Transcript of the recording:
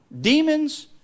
demons